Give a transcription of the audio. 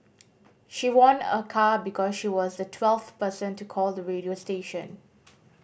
she won a car because she was the twelfth person to call the radio station